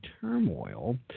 turmoil